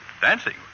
Dancing